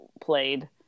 played